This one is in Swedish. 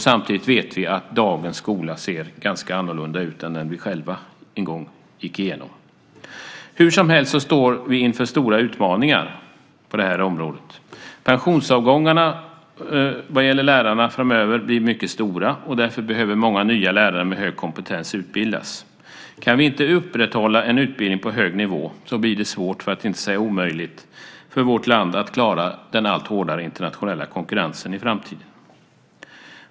Samtidigt vet vi att dagens skola ser ganska annorlunda ut än den vi själva en gång gick igenom. Hursomhelst står vi inför stora utmaningar på det här området. Pensionsavgångarna vad gäller lärarna framöver blir mycket stora. Därför behöver många nya lärare med hög kompetens utbildas. Om vi inte kan upprätthålla en utbildning på hög nivå blir det svårt för att inte säga omöjligt för vårt land att klara den allt hårdare internationella konkurrensen i framtiden.